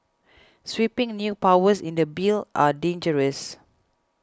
sweeping new powers in the bill are dangerous